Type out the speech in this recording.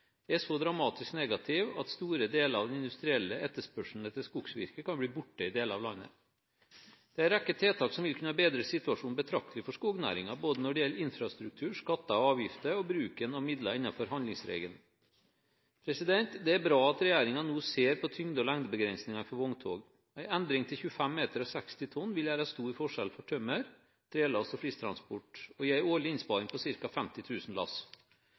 er så dramatisk negativ at store deler av den industrielle etterspørselen etter skogsvirke kan bli borte i deler av landet. Det er en rekke tiltak som vil kunne bedre situasjonen betraktelig for skognæringen, både når det gjelder infrastruktur, skatter og avgifter, og bruken av midler innenfor handlingsregelen. Det er bra at regjeringen nå ser på tyngde- og lengdebegrensningen for vogntog. En endring til 25 meter og 60 tonn vil gjøre stor forskjell for tømmer-, trelast- og flistransport, og gi en årlig innsparing på ca. 50 000 lass.